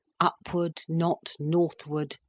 upward, not northward,